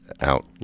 out